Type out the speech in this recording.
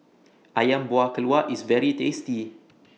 Ayam Buah Keluak IS very tasty